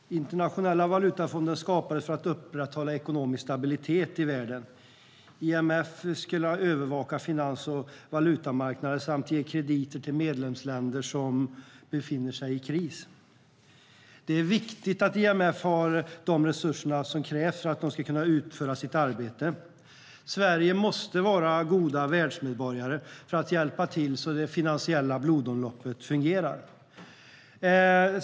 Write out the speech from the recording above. Herr talman! Internationella valutafonden skapades för att upprätthålla ekonomisk stabilitet i världen. IMF ska övervaka finans och valutamarknaderna samt ge krediter till medlemsländer som befinner sig i kris. Det är viktigt att IMF har de resurser som krävs för att man ska kunna utföra sitt arbete. Sverige måste vara goda världsmedborgare och hjälpa till så att det finansiella blodomloppet fungerar.